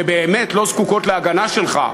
שבאמת לא זקוקות להגנה שלך,